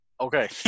okay